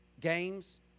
games